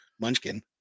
munchkin